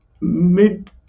mid